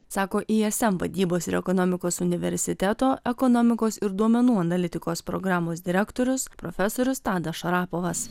sako ism vadybos ir ekonomikos universiteto ekonomikos ir duomenų analitikos programos direktorius profesorius tadas šarapovas